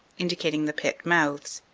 indicating the pit mouths.